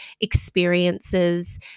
experiences